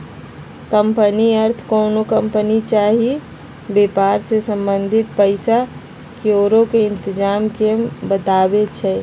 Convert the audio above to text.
company अर्थ कोनो company चाही वेपार से संबंधित पइसा क्औरी के इतजाम के बतबै छइ